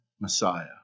messiah